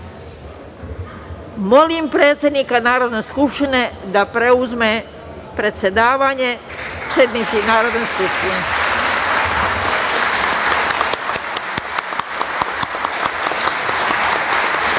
predsednika Narodne skupštine da preuzme predsedavanje sednicom Narodne skupštine.